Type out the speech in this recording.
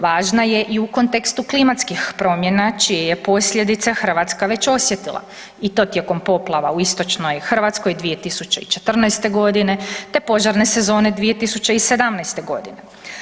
Važna je i u kontekstu klimatskih promjena čija je posljedica Hrvatska već osjetila i to tijekom poplava u istočnoj Hrvatskoj 2014. g. te požarne sezone 2017. godine.